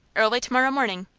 early to-morrow morning.